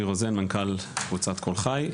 אני אבי רוזן, מנכ"ל קבוצת קול חי.